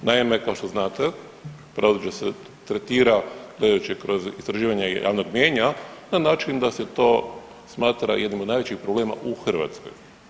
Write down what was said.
Naime, kao što znate pravosuđe se tretira gledajući kroz istraživanje javnog mnijenja na način da se to smatra jednim od najvećih problema u Hrvatskoj.